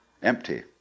Empty